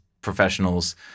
professionals